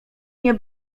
nie